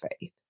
faith